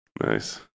Nice